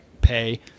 pay